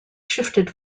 shifted